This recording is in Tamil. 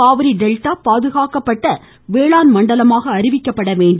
காவிரி டெல்டா பாதுகாக்கப்பட்ட வேளாண் மண்டலமாக அறிவிக்கப்பட வேண்டும்